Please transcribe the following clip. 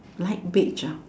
light beige